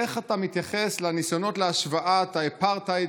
איך אתה מתייחס לניסיונות להשוואת האפרטהייד